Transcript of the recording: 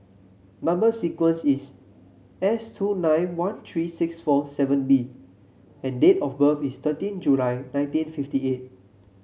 number sequence is S two nine one three six four seven B and date of birth is thirteen July nineteen fifty eight